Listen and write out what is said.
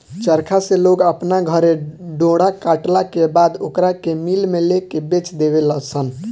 चरखा से लोग अपना घरे डोरा कटला के बाद ओकरा के मिल में लेके बेच देवे लनसन